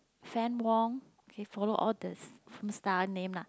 Fann-Wong okay follow all the different star name lah